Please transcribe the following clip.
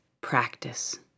practice